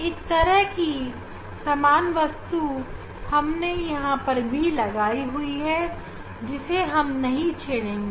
इसी तरह की सामान वस्तु हमने यहां पर भी लगाई है जिसे हम नहीं छोड़ेंगे